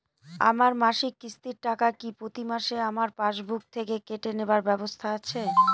আমার মাসিক কিস্তির টাকা কি প্রতিমাসে আমার পাসবুক থেকে কেটে নেবার ব্যবস্থা আছে?